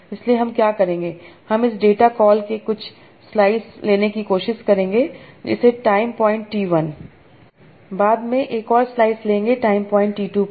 इसलिए हम क्या करेंगे हम इस डेटा कॉल के कुछ स्लाइस लेने की कोशिश करेंगे इसे टाइम पॉइंट t 1 बाद में एक और स्लाइस लेंगे टाइम पॉइंट t 2 पर